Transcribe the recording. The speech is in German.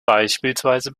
beispielsweise